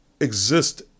exist